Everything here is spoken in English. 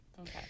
Okay